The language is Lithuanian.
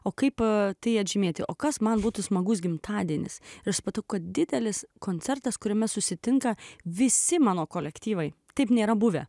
o kaip atėję žymėti o kas man būtų smagus gimtadienis aš matau kad didelis koncertas kuriame susitinka visi mano kolektyvai taip nėra buvę